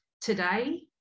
Today